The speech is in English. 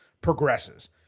progresses